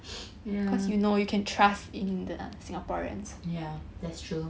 yeah that's true